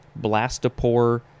blastopore